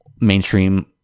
mainstream